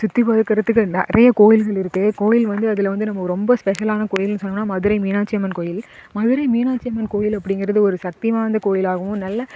சுற்றி பார்க்குறத்துக்கு நிறைய கோவில்கள் இருக்குது கோயில் வந்து அதில் வந்து நம்ம ரொம்ப ஸ்பெஷல்லான கோவில் சொன்னோம்னா மதுரை மீனாட்சி அம்மன் கோவில் மதுரை மீனாட்சி அம்மன் கோவில் அப்படிங்குறது ஒரு சக்தி வாய்ந்த கோவிலாகவும் நல்ல